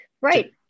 right